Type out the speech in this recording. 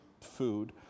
food